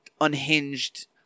unhinged